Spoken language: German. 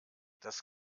das